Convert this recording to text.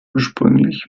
ursprünglich